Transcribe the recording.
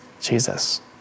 Jesus